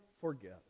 forget